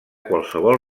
qualsevol